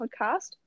Podcast